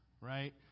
right